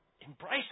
embrace